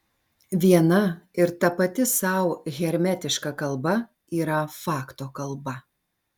viena ir tapati sau hermetiška kalba yra fakto kalba